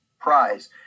prize